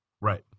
right